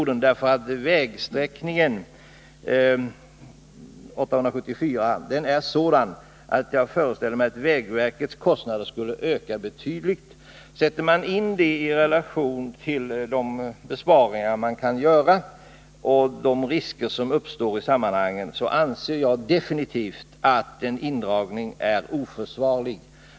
Den aktuella vägsträckan, väg 874, är nämligen sådan att jag föreställer mig att det skulle bli fråga om en betydande kostnadsökning. Sätter man detta i relation till de besparingar man kan göra och de säkerhetsrisker som skulle uppstå, anser jag definitivt att en inskränkning av färjedriften vid Bjursundsström är oförsvarlig.